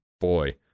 Boy